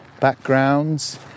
backgrounds